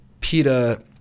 PETA